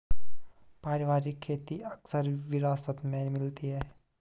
पारिवारिक खेती अक्सर विरासत में मिलती है